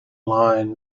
line